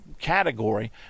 category